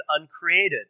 uncreated